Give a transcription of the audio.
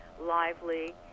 lively